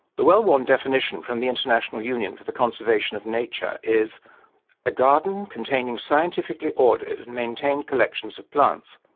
the well worn definition from the international union for the conservation of nature is a garden containing scientifically ordered and maintained collections of plants,